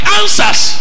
answers